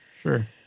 Sure